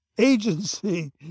agency